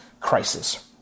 Crisis